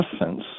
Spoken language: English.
essence